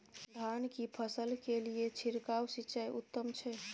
धान की फसल के लिये छिरकाव सिंचाई उत्तम छै?